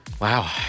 wow